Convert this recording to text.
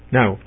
now